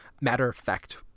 matter-of-fact